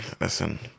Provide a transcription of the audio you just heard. listen